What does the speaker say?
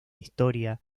historia